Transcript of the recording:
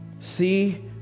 see